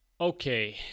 Okay